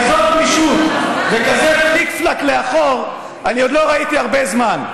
כזאת גמישות וכזה פליק-פלאק לאחור עוד לא ראיתי הרבה זמן.